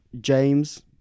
James